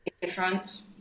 difference